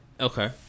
Okay